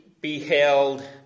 beheld